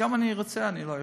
גם אם אני רוצה אני לא יכול.